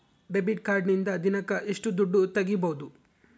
Debit ಕಾರ್ಡಿನಿಂದ ದಿನಕ್ಕ ಎಷ್ಟು ದುಡ್ಡು ತಗಿಬಹುದು?